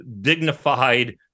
dignified